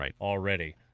already